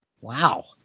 wow